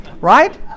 Right